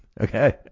Okay